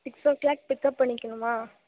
six o'clock pickup பண்ணிக்கணுமா